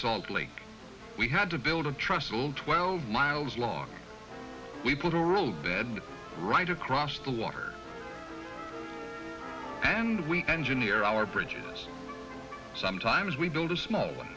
salt lake we had to build a truss all twelve miles long as we put a roof right across the water and we engineer our bridges sometimes we build a small